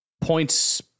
points